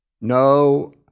No